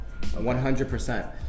100%